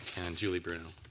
julie bruno.